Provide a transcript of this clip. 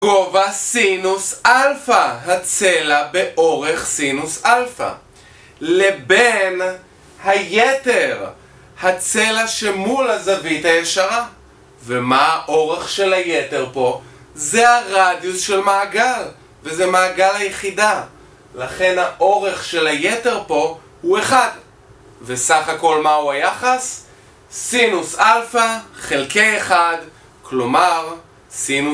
גובה סינוס אלפא, הצלע באורך סינוס אלפא. לבין היתר, הצלע שמול הזווית הישרה. ומה האורך של היתר פה? זה הרדיוס של מעגל, וזה מעגל היחידה. לכן האורך של היתר פה הוא 1. וסך הכל מהו היחס? סינוס אלפא חלקי 1, כלומר, סינוס